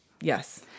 Yes